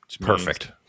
perfect